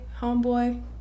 homeboy